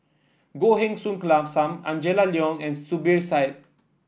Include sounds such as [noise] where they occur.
Goh Heng Soon [unintelligible] Sam Angela Liong and Zubir Said